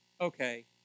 Okay